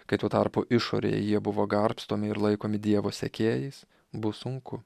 kai tuo tarpu išorėje jie buvo garbstomi ir laikomi dievo sekėjais bus sunku